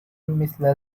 مثل